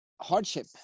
hardship